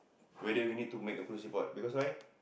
whether we need to make a police report because why